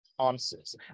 answers